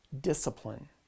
discipline